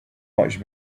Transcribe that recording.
much